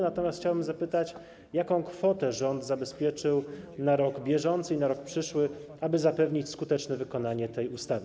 Natomiast chciałbym zapytać, jaką kwotę rząd zabezpieczył na rok bieżący i na rok przyszły, aby zapewnić skuteczne wykonanie tej ustawy.